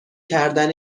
کردن